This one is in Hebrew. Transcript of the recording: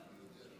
חבר הכנסת